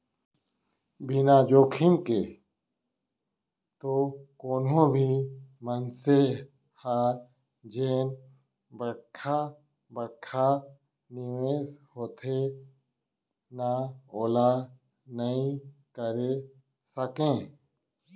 बिना जोखिम के तो कोनो भी मनसे ह जेन बड़का बड़का निवेस होथे ना ओला नइ करे सकय